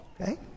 okay